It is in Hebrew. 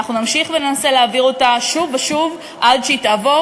ואנחנו נמשיך וננסה להעביר אותה שוב ושוב עד שהיא תעבור,